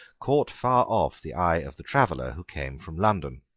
caught far off the eye of the traveller who came from london.